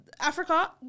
Africa